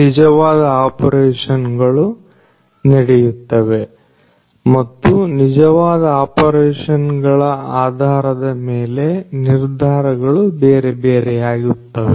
ನಿಜವಾದ ಆಪರೇಷನ್ ಗಳು ನಡೆಯುತ್ತವೆ ಮತ್ತು ನಿಜವಾದ ಆಪರೇಷನ್ ಗಳ ಆಧಾರದ ಮೇಲೆ ನಿರ್ಧಾರಗಳು ಬೇರೆ ಬೇರೆಯಾಗುತ್ತವೆ